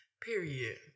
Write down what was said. period